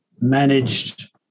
managed